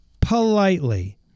politely